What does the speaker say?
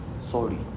Sorry